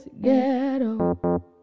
ghetto